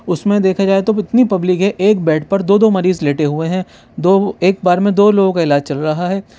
اس میں دیکھا جائے تو اتنی پبلک ہے ایک بیڈ پر دو دو مریض لیٹے ہوئے ہیں دو ایک بار میں دو لوگوں کا علاج چل رہا ہے